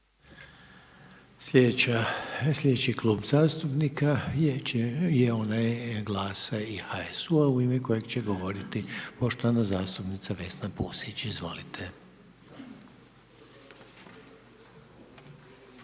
Slijedeći klub zastupnika je onaj Glasa i HSU-a u ime kojega će govoriti poštovana zastupnica Vesna Pusić, izvolite.